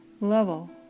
level